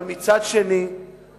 אבל מצד שני,